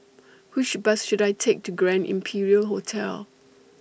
Which Bus should I Take to Grand Imperial Hotel